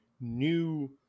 new